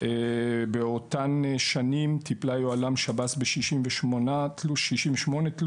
באותן השנים טיפה יוהל"ם שב"ס בכ-68 תלונות.